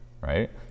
Right